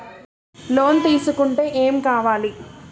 Loan తీసుకుంటే ఏం కావాలి?